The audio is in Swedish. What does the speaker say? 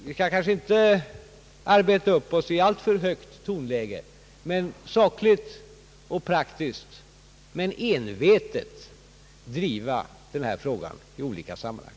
Vi skall kanske inte arbeta upp oss i alltför högt tonläge men sakligt, praktiskt och envetet driva denna fråga i olika sammanhang.